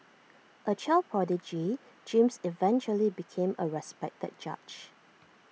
A child prodigy James eventually became A respected judge